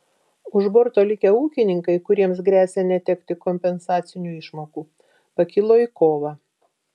už borto likę ūkininkai kuriems gresia netekti kompensacinių išmokų pakilo į kovą